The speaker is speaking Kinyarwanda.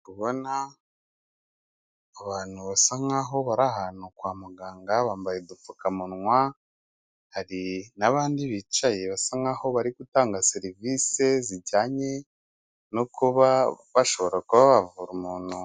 Ndi kubona abantu basa nkaho barahantu kwa muganga bambaye udupfukamunwa, hari n'abandi bicaye basa nkaho bari gutanga serivisi zijyanye no kuba bashobora kuba bavura umuntu.